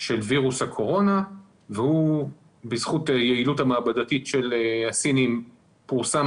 של וירוס הקורונה ובזכות יעילות המעבדתית של הסינים פורסם